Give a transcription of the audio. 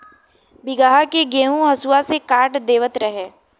बीघहा के गेंहू हसुआ से काट देवत रहे